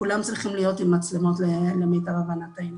כולם צריכים להיות עם מצלמות למיטב הבנתנו.